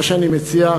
מה שאני מציע,